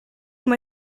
mae